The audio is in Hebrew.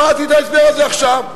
שמעתי את ההסבר הזה עכשיו.